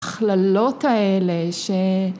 ‫הכללות האלה ש...